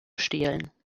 stehlen